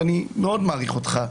אני מאוד מעריך אותך,